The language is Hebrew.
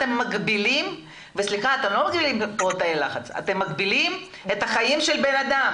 אתם לא מגבילים כאן תאי לחץ, אלא חיי אדם.